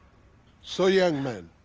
so young man,